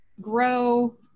grow